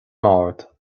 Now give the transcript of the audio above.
mbord